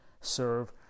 serve